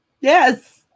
Yes